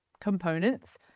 components